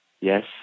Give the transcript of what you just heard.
Yes